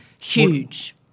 Huge